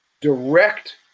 direct